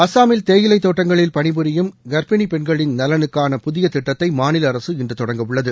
அஸ்ஸாமில் தேயிலை தோட்டங்களில் பணிபுரியும் கர்ப்பிணி பெண்களின் நலனுக்கான புதிய திட்டத்தை மாநில அரசு இன்று தொடங்கவுள்ளது